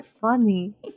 funny